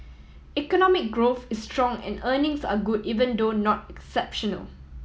economic growth is strong and earnings are good even though not exceptional